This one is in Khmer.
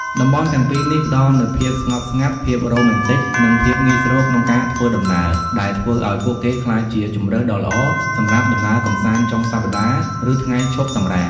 តំបន់ទាំងពីរនេះផ្តល់នូវភាពស្ងប់ស្ងាត់ ភាពរ៉ូមែនទិក និងភាពងាយស្រួលក្នុងការធ្វើដំណើរ ដែលធ្វើឲ្យពួកគេក្លាយជាជម្រើសដ៏ល្អសម្រាប់ដំណើរកម្សាន្តចុងសប្តាហ៍ ឬថ្ងៃឈប់សម្រាក។